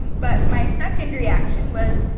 but my second reaction was,